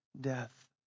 death